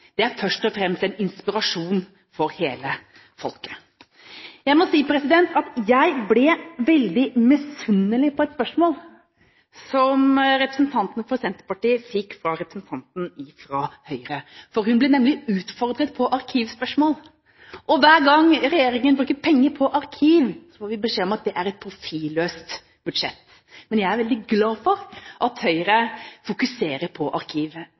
er først og fremst en inspirasjon for hele folket. Jeg må si jeg ble veldig misunnelig på et spørsmål som representanten fra Senterpartiet fikk fra representanten fra Høyre. Hun ble nemlig utfordret på arkivspørsmål. Hver gang regjeringen bruker penger på arkiv, får vi beskjed om at det er et profilløst budsjett. Men jeg er veldig glad for at Høyre fokuserer på arkiv.